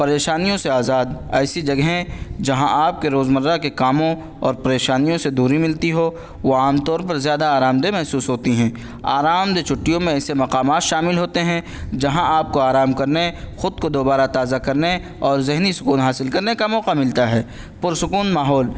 پریشانیوں سے آزاد ایسی جگہیں جہاں آپ کے روزمرہ کے کاموں اور پریشانیوں سے دوری ملتی ہو وہ عام طور پر زیادہ آرامدہ محسوس ہوتی ہیں آرامدہ چھٹیوں میں ایسے مقامات شامل ہوتے ہیں جہاں آپ کو آرام کرنے خود کو دوبارہ تازہ کرنے اور ذہنی سکون حاصل کرنے کا موقع ملتا ہے پرسکون ماحول